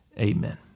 Amen